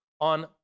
on